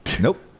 Nope